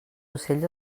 ocells